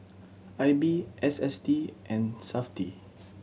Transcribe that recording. I B S S T and Safti